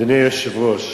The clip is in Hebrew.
אדוני היושב-ראש,